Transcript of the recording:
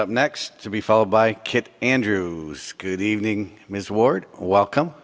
up next to be followed by kit andrews good evening ms ward welcome